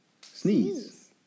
sneeze